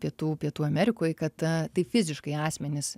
pietų pietų amerikoj kad tai fiziškai asmenys